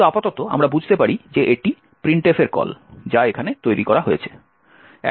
কিন্তু আপাতত আমরা বুঝতে পারি যে এটি printf এর কল যা এখানে তৈরি করা হয়েছে